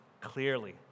clearly